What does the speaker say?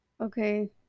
Okay